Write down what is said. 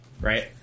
right